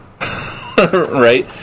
Right